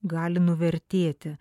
gali nuvertėti